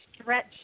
stretch